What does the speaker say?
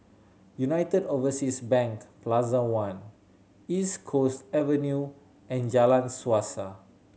United Overseas Bank Plaza One East Coast Avenue and Jalan Suasa